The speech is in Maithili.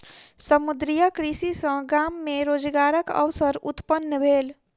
समुद्रीय कृषि सॅ गाम मे रोजगारक अवसर उत्पन्न भेल